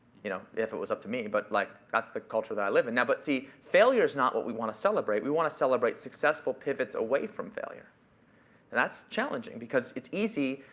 you know if it was up to me, but like that's the culture that i live in now. but see, failure is not what we want to celebrate. we wanna celebrate successful pivots away from failure. and that's challenging because it's easy.